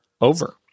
over